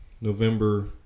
November